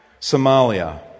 Somalia